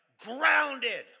grounded